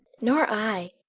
nor i,